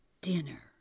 dinner